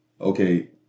okay